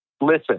listen